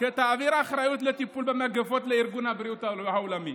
----- שתעביר אחריות לטיפול במגפות לארגון הבריאות העולמי.